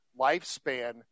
lifespan